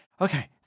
Okay